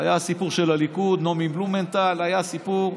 היה הסיפור של הליכוד, נעמי בלומנטל, היה סיפור,